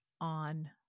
on